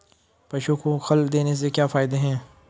पशु को खल देने से क्या फायदे हैं?